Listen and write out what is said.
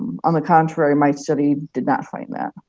on the contrary, my study did not find that.